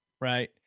right